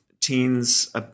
teens